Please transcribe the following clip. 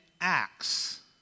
Acts